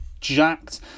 jacked